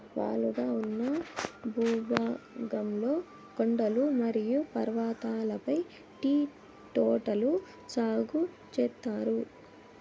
వాలుగా ఉన్న భూభాగంలో కొండలు మరియు పర్వతాలపై టీ తోటలు సాగు చేత్తారు